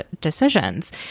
decisions